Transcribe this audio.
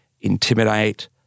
intimidate